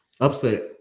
Upset